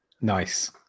Nice